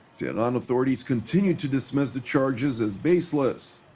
tehran authorities continues to dismiss the charges as baseless.